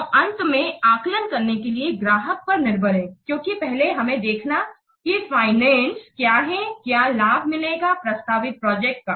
तो अंत में आकलन करने के लिए ग्राहक पर निर्भर है क्योंकि पहले हमें देखना कि फाइनेंसि क्या है क्या लाभ मिलेगा प्रस्तावित प्रोजेक्ट का